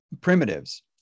primitives